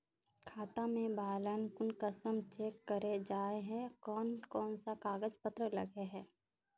खाता में बैलेंस कुंसम चेक करे जाय है कोन कोन सा कागज पत्र लगे है?